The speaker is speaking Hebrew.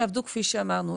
הם יעבדו כפי שאמרנו.